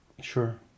Sure